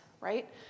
right